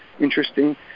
interesting